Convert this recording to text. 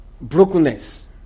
Brokenness